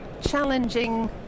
challenging